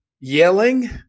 yelling